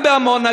גם בעמונה,